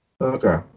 Okay